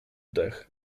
dech